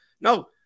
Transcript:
no